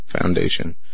Foundation